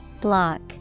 Block